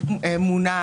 או למשל,